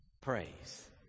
praise